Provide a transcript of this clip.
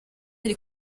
ari